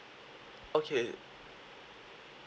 okay